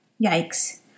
Yikes